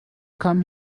come